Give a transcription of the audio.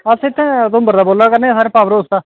sir अस उधमपुर दा बोल्ला करने पॉवर हाऊस दा